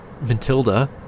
matilda